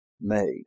made